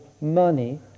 money